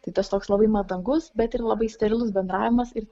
tai tas toks labai mandagus bet ir labai sterilus bendravimas ir